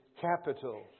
capital